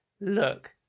look